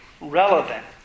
relevant